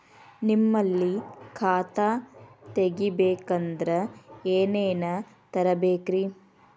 ನಿಮ್ಮಲ್ಲಿ ಖಾತಾ ತೆಗಿಬೇಕಂದ್ರ ಏನೇನ ತರಬೇಕ್ರಿ?